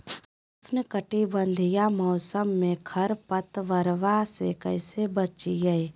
उष्णकटिबंधीय मौसम में खरपतवार से कैसे बचिये?